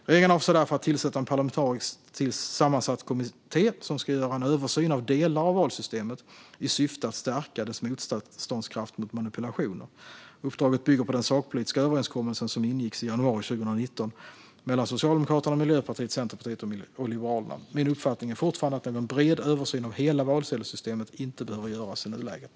Regeringen avser därför att tillsätta en parlamentariskt sammansatt kommitté som ska göra en översyn av delar av valsystemet i syfte att stärka dess motståndskraft mot manipulationer. Uppdraget bygger på den sakpolitiska överenskommelse som ingicks i januari 2019 mellan Socialdemokraterna, Miljöpartiet, Centerpartiet och Liberalerna. Min uppfattning är fortfarande att någon bred översyn av hela valsedelssystemet inte behöver göras i nuläget.